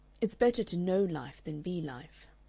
it's better to know life than be life.